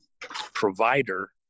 provider